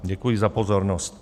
Děkuji za pozornost.